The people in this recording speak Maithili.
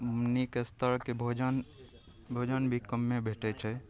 नीक स्तरके भोजन भोजन भी कम्मे भेटय छै